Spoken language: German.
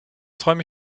träume